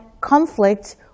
conflict